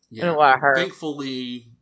Thankfully